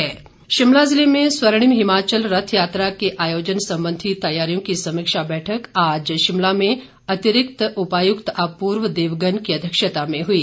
स्वर्णिम हिमाचल शिमला ज़िले में स्वर्णिम हिमाचल रथ यात्रा के आयोजन संबंधी तैयारियों की समीक्षा बैठक आज शिमला में अतिरिक्त उपायुक्त अपूर्व देवगन की अध्यक्षता में हुई